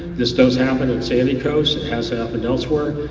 this does happen at sandy coast, it has happened elsewhere.